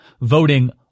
voting